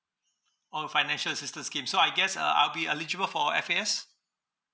or financial assistance scheme so I guess uh I'll be eligible for F_A_S